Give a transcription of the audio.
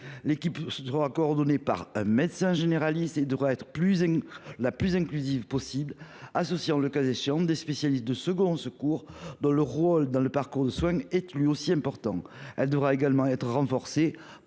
de soins sera coordonnée par un médecin généraliste et devra être la plus inclusive possible, associant, le cas échéant, des spécialistes de second recours dont le rôle dans le parcours de soins est lui aussi important. Cette équipe soignante devra également être renforcée